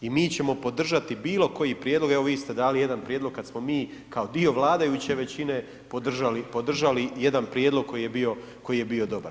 I mi ćemo podržati bilo koji prijedlog, evo vi ste dali jedan prijedlog kad smo mi kao dio vladajuće većine podržali, podržali jedan prijedlog koji je bio dobar.